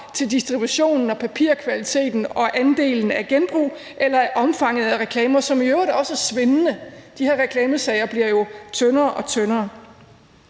til distributionen og papirkvaliteten og andelen af genbrug eller af omfanget af reklamer, som i øvrigt også er svindende. De her reklamesager bliver jo tyndere og tyndere.